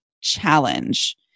challenge